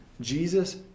Jesus